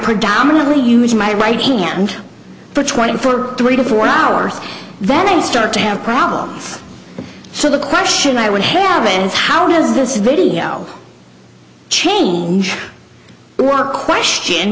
predominantly use my writing and for twenty four three to four hours then start to have problems so the question i would have it is how does this video change one question